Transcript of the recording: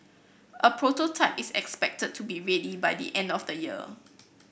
a prototype is expected to be ready by the end of the year